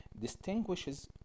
distinguishes